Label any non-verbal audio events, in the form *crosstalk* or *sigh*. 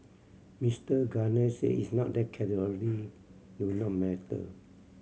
Mister Gardner said it's not that *unintelligible* do not matter